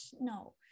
No